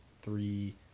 three